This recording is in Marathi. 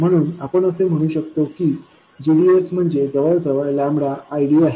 म्हणून आपण असे म्हणू शकतो की gds म्हणजे जवळजवळ IDआहे